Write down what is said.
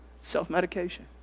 Self-medication